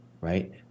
right